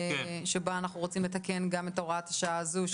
שבה אנחנו רוצים לתקן גם את הוראת השעה הזאת?